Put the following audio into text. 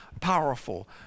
powerful